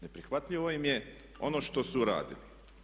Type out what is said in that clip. Neprihvatljivo im je ono što su radili.